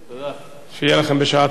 שיהיה לכם בשעה טובה.